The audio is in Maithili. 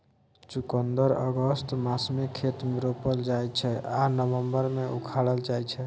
चुकंदर अगस्त मासमे खेत मे रोपल जाइ छै आ नबंबर मे उखारल जाइ छै